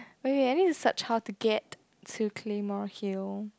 wait wait I need to search how to get to claymore hill